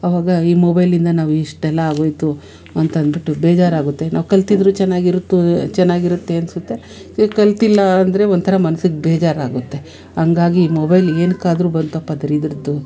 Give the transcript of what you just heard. ಅವಾಗ ಈ ಮೊಬೈಲಿಂದ ನಾವು ಇಷ್ಟೆಲ್ಲ ಆಗೋಯ್ತು ಅಂತಂದ್ಬಿಟ್ಟು ಬೇಜಾರಾಗುತ್ತೆ ನಾವು ಕಲ್ತಿದ್ರು ಚೆನ್ನಾಗಿರುತ್ತೋ ಚೆನ್ನಾಗಿರುತ್ತೆ ಅನಿಸುತ್ತೆ ಇಲ್ಲ ಕಲ್ತಿಲ್ಲ ಅಂದರೆ ಒಂಥರ ಮನ್ಸಿಗೆ ಬೇಜಾರಾಗುತ್ತೆ ಹಂಗಾಗಿ ಈ ಮೊಬೈಲ್ ಏನಕ್ಕಾದ್ರೂ ಬಂತಪ್ಪ ದರಿದ್ರದ್ದು